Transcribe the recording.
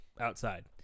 outside